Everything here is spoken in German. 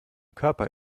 körper